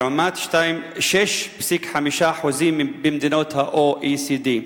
לעומת 6.5% במדינות ה-OECD.